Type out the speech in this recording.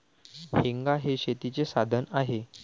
हेंगा हे शेतीचे साधन आहे